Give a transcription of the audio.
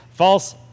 false